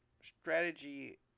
strategy